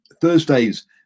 Thursdays